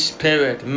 Spirit